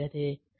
84